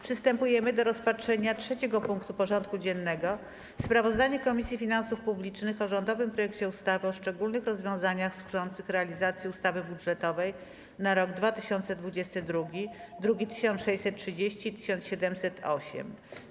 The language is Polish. Przystępujemy do rozpatrzenia punktu 3. porządku dziennego: Sprawozdanie Komisji Finansów Publicznych o rządowym projekcie ustawy o szczególnych rozwiązaniach służących realizacji ustawy budżetowej na rok 2022 (druki nr 1630 i 1708)